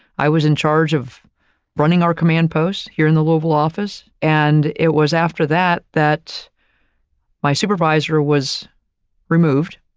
i was in charge of running our command posts here in the louisville office, and it was after that that my supervisor was removed.